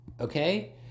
Okay